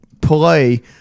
play –